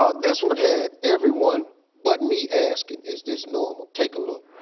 ah this one had everyone, but me, asking, is this normal? take a look.